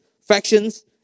factions